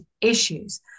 issues